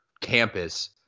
campus